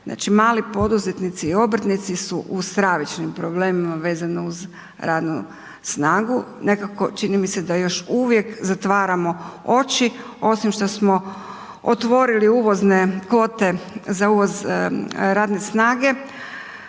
Znači mali poduzetnici i obrtnici su u stravičnim problemima vezano uz radnu snagu. Nekako čini mi se da još uvijek zatvaramo oči osim što smo otvorili uvozne kvote za uvoz radne snage,